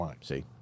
See